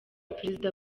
perezida